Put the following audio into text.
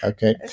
Okay